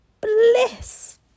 bliss